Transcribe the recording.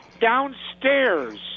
downstairs